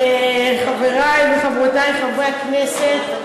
חברי וחברותי חברי הכנסת,